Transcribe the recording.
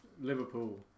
Liverpool